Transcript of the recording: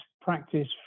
practice